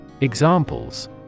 Examples